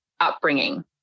upbringing